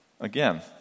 Again